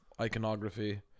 iconography